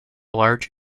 large